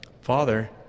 father